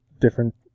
different